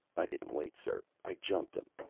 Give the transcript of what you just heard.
i didn't wait, sir. i jumped him.